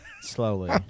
Slowly